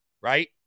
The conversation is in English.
right